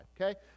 Okay